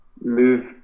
move